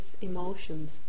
emotions